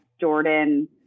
Jordan